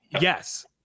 yes